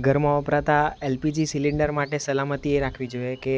ઘરમાં વપરાતા LPG cylinder માટે સલામતી એ રાખવી જોઈએ કે